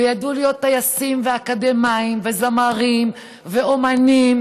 וידעו להיות טייסים ואקדמאים וזמרים ואומנים,